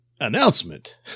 announcement